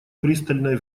пристальное